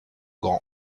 grand